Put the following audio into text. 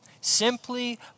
Simply